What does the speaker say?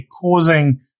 causing